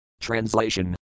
Translation